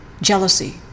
jealousy